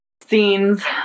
scenes